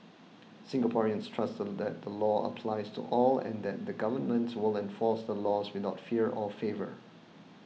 Singaporeans trust that the law applies to all and that the government will enforce the laws without fear or favour